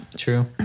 true